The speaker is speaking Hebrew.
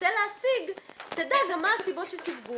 שכשתרצה להשיג תדע גם מה הסיבות שסיווגו